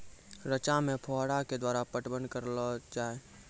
रचा मे फोहारा के द्वारा पटवन करऽ लो जाय?